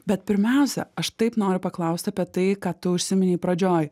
bet pirmiausia aš taip noriu paklausti apie tai ką tu užsiminei pradžioj